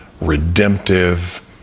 redemptive